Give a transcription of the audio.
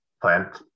plant